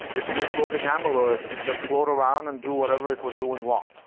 this free-floating amyloid can just float around and do whatever it was doing wrong.